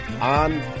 on